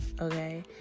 okay